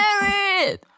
married